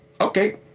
Okay